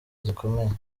zikomeye